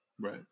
Right